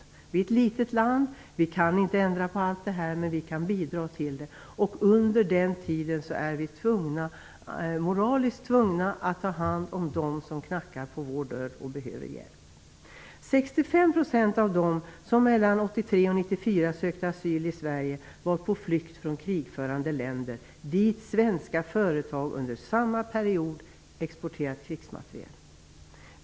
Sverige är ett litet land och vi kan inte ändra på allt det här, men vi kan bidra till en ändring. Under tiden är vi moraliskt tvungna att ta hand om dem som knackar på vår dörr och behöver hjälp. 65 % av dem som mellan 1983 och 1994 sökte asyl i Sverige var på flykt från krigförande länder dit svenska företag under samma period exporterat krigsmateriel.